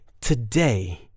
Today